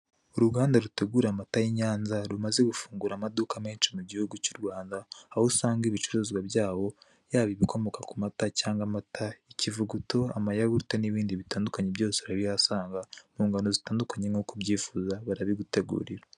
Uruganda rutegura amata y' i Nyanza rumaze gufungura amaduka menshi mu gihugu cy' u Rwanda aho usanga ibicuruzwa byabo yaba ibikomoka ku mata cyangwa amata, ikivuguto, amayahurute n' ibindi bitandukanye byose urabihasanga mu ngano zitandukanye nk'uko ubyifuza byose barabigutegurira.